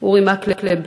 אורי מקלב,